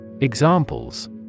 Examples